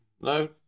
No